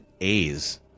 A's